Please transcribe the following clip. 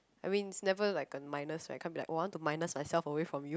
I mean it's never like a minus I can't be like oh I want to minus myself away from you